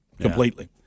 Completely